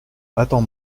attends